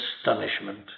astonishment